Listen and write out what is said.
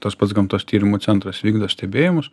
tas pats gamtos tyrimų centras vykdo stebėjimus